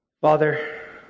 Father